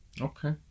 Okay